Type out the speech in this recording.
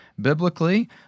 biblically